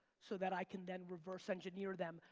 so that i can then reverse engineer them,